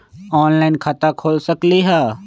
Online खाता खोल सकलीह?